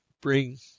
bring